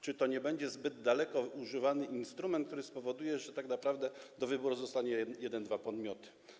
Czy to nie będzie zbyt daleko używany instrument, który spowoduje, że tak naprawdę do wyboru zostaną jeden, dwa podmioty?